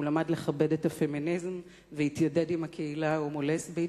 הוא למד לכבד את הפמיניזם והתיידד עם הקהילה ההומו-לסבית.